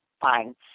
fine